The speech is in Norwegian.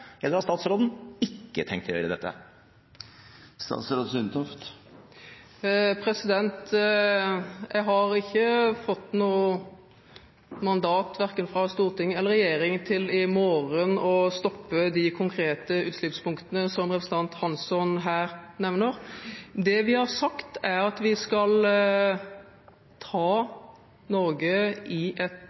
eller har statsråden ikke tenkt å gjøre dette? Jeg har ikke fått noe mandat fra verken storting eller regjering til å stoppe de konkrete utslippspunktene som representanten Hansson her nevner, i morgen. Det vi har sagt, er at vi skal ta Norge i retning av et